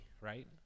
right